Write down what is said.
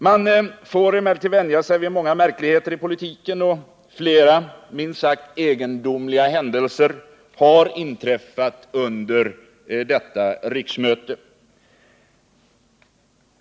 Man får emellertid vänja sig vid många märkligheter i politiken, och flera minst sagt egendomliga händelser har inträffat under detta riksmöte.